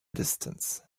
distance